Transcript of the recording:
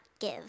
give